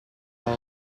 are